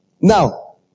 Now